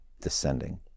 descending